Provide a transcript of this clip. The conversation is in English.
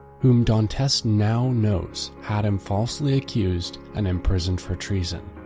whom dantes now knows had him falsely accused and imprisoned for treason.